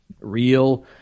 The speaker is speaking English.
real